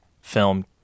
film